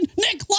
Nick